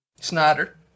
Snyder